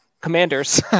Commanders